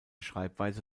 schreibweise